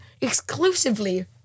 exclusively